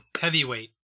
heavyweight